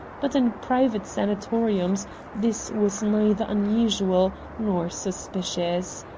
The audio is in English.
but in private sanatoriums this was neither unusual nor suspicious.